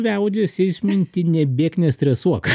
liaudies išmintį nebėk nestresuok